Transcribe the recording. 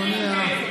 במיוחד